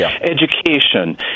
Education